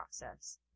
process